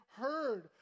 heard